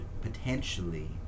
potentially